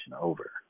over